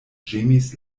ĝemis